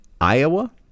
iowa